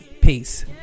Peace